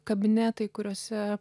kabinetai kuriuose